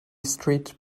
street